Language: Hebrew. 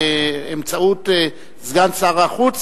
באמצעות סגן שר החוץ,